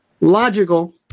logical